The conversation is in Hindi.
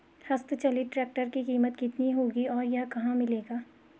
हस्त चलित ट्रैक्टर की कीमत कितनी होगी और यह कहाँ मिलेगा?